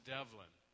Devlin